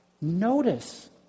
Notice